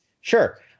sure